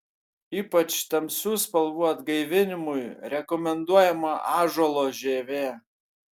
ypač tamsių spalvų atgaivinimui rekomenduojama ąžuolo žievė